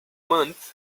months